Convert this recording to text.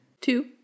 two